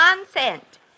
consent